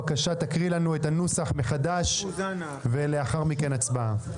בבקשה תקריא לנו את הנוסח החדש ולאחר מכן הצבעה.